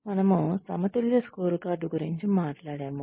మనము సమతుల్య స్కోర్కార్డ్ గురించి మాట్లాడాము